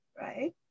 right